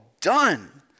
done